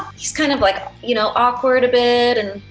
he's kind of like, you know, awkward a bit. and,